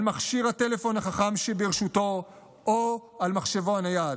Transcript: מכשיר הטלפון החכם שברשותו או על מחשבו הנייד.